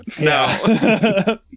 No